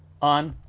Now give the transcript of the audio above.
on,